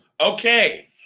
Okay